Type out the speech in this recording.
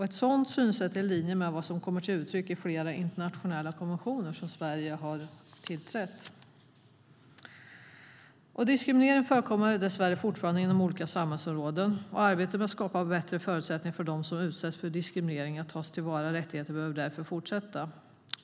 Ett sådant synsätt är i linje med vad som kommer till uttryck i flera internationella konventioner som Sverige har tillträtt. Diskriminering förekommer dessvärre fortfarande inom olika samhällsområden, och arbetet med att skapa bättre förutsättningar för dem som utsatts för diskriminering att ta till vara sina rättigheter behöver därför fortsätta.